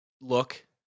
look